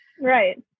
right